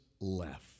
Left